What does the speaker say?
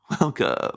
welcome